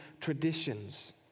traditions